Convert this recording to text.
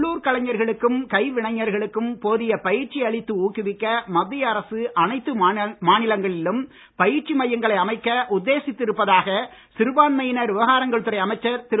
உள்ளூர் கலைஞர்களுக்கும் கைவினைஞர்களுக்கும் போதிய பயிற்சி அளித்து ஊக்குவிக்க மத்திய அரசு அனைத்து மாநிலங்களிலும் பயிற்சி மையங்களை அமைக்க உத்தேசித்து இருப்பதாக சிறுபான்மையினர் விவகாரங்கள் துறை அமைச்சர் திரு